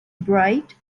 bright